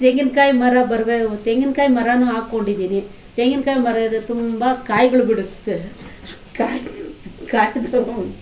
ತೆಂಗಿನಕಾಯಿ ಮರ ತೆಂಗಿನಕಾಯಿ ಮರನೂ ಹಾಕ್ಕೊಂಡಿದ್ದೀನಿ ತೆಂಗಿನಕಾಯಿ ಮರದ ತುಂಬ ಕಾಯಿಗಳೂ ಬಿಡುತ್ತೆ ಕಾಯಿ ಕಾಯಿ ತೊಗೊ